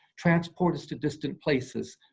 transport us to distant places,